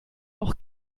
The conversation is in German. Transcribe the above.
auch